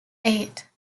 eight